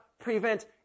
prevent